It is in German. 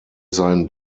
sein